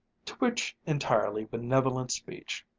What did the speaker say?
to which entirely benevolent speech,